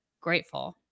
grateful